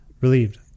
relieved